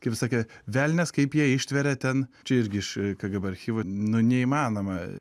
kaip sakė velnias kaip jie ištveria ten čia irgi iš kgb archyvų nu neįmanoma